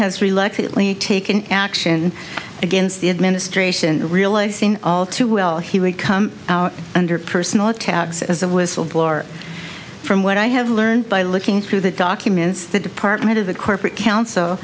likely taken action against the administration realizing all too well he would come under personal attacks as a whistle blower from what i have learned by looking through the documents the department of the corporate coun